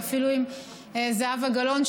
ואפילו עם זהבה גלאון,